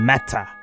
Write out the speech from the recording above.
Matter